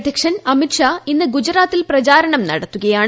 അധ്യക്ഷൻ അമിത് ഷാ ഇന്ന് ഗുജറാത്തിൽ പ്രചാരണം നടത്തുന്നുണ്ട്